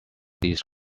these